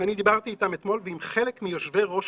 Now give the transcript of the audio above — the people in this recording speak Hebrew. אני דיברתי אתמול עם חלק מיושבי-ראש